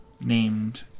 named